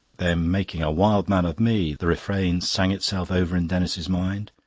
they're making a wild man of me. the refrain sang itself over in denis's mind.